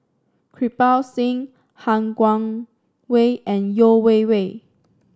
Kirpal Singh Han Guangwei and Yeo Wei Wei